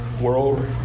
world